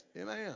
Amen